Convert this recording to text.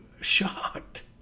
shocked